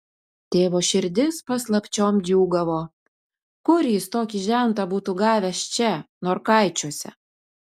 tėvo širdis paslapčiom džiūgavo kur jis tokį žentą būtų gavęs čia norkaičiuose